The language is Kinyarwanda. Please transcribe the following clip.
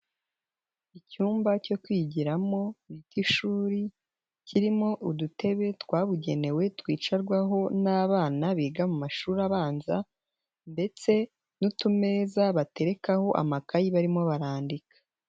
Icyumba cyo kwigiramo k'ishuri kirimo udutebe twabugenewe twicarwaho n'abana biga mu mashuri abanza ndetse n'utumeza baterekaho amakayi barimo barandika.